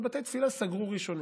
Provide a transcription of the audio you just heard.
אבל בתי תפילה סגרו ראשונים.